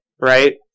right